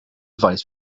vice